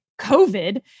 COVID